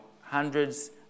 hundreds